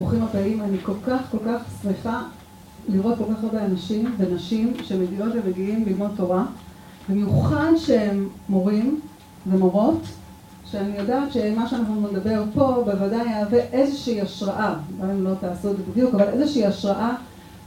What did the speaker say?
ברוכים הבאים, אני כל כך כל כך שמחה לראות כל כך הרבה אנשים ונשים שמגיעות ומגיעים ללמוד תורה, במיוחד שהם מורים ומורות, שאני יודעת שמה שאנחנו נדבר פה בוודאי יהווה איזושהי השראה, גם אם לא תעשו את זה בדיוק, אבל איזושהי השראה.